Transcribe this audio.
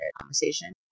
conversation